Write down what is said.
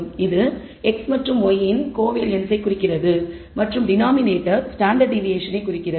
இது x மற்றும் y இன் கோவேரியன்ன்ஸை குறிக்கிறது மற்றும் டினாமினேட்டர் ஸ்டாண்டர்ட் டிவியேஷனை குறிக்கிறது